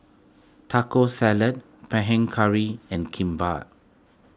Taco Salad Panang Curry and Kimbap